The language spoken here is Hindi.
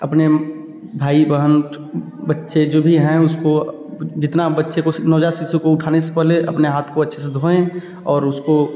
अपने भाई बहन बच्चे जो भी हैं उसको जितना बच्चे को नवजात शिशु को उठाने से पहले अपने हाथ को अच्छे से धोएँ और उसको